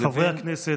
חברי הכנסת.